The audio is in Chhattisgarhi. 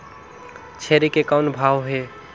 छेरी के कौन भाव हे?